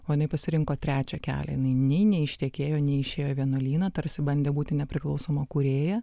o jinai pasirinko trečią kelią jinai nei neištekėjo neišėjo vienuolyną tarsi bandė būti nepriklausoma kūrėja